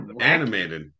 animated